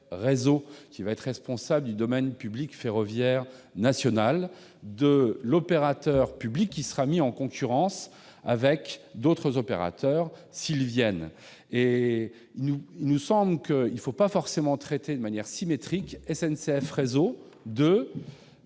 qui sera responsable du domaine public ferroviaire national, et, d'autre part, l'opérateur public qui sera mis en concurrence avec d'autres opérateurs, le cas échéant. Il nous semble qu'il ne faut pas forcément traiter de manière symétrique SNCF Réseau et